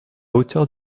hauteur